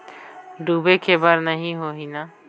डूबे के बर नहीं होही न?